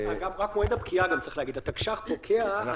על מועד הפקיעה צריך להגיד, התקש"ח פוקע הלילה.